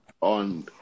on